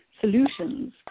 solutions